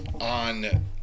on